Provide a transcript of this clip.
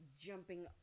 jumping